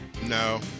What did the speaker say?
No